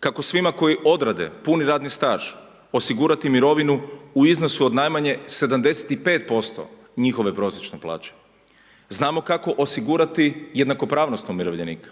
kako svima koji odrade puni radni staž osigurati mirovinu u iznosu od najmanje 75% njihove prosječne plaće. Znamo kako osigurati jednakopravnost umirovljenika,